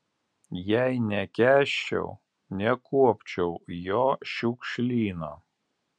jei nekęsčiau nekuopčiau jo šiukšlyno